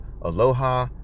Aloha